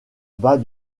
bas